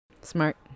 Smart